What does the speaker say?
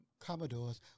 Commodores